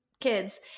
kids